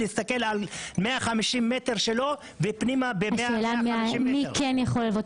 הוא צריך להסתכל על 150 המטרים שלו --- השאלה מי כן יכול ללוות,